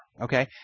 okay